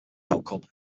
outcome